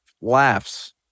laughs